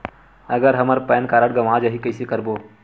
अगर हमर PAN card गवां जाही कइसे करबो?